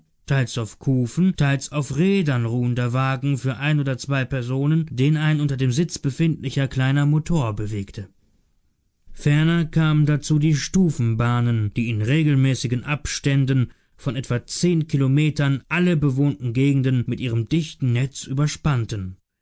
teils auf kufen teils auf rädern ruhender wagen für ein oder zwei personen den ein unter dem sitz befindlicher kleiner motor bewegte ferner kamen dazu die stufenbahnen die in regelmäßigen abständen von etwa zehn kilometern alle bewohnten gegenden mit ihrem dichten netz überspannten